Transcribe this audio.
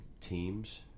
teams